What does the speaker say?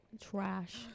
trash